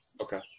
Okay